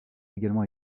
également